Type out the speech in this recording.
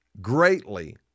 greatly